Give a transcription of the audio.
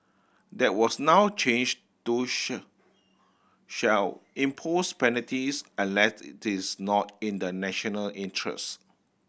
that was now changed to shall impose penalties unless it is not in the national interest